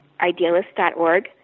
idealist.org